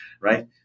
right